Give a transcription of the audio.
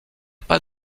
pas